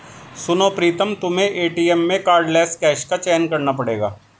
सुनो प्रीतम तुम्हें एटीएम में कार्डलेस कैश का चयन करना पड़ेगा